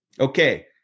Okay